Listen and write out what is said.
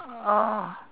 oh